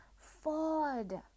Ford